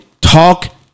talk